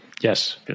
Yes